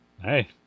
Hey